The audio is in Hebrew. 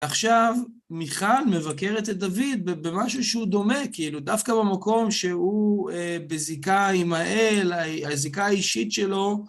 עכשיו, מיכל מבקר את דוד במשהו שהוא דומה, כאילו, דווקא במקום שהוא בזיקה עם האל, הזיקה האישית שלו,